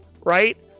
right